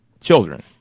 children